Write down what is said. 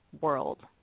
world